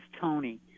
Tony